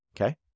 okay